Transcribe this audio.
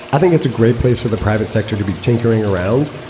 i think it's a great place for the private sector to be tinkering around.